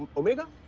omega?